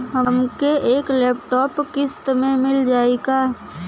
हमके एक लैपटॉप किस्त मे मिल जाई का?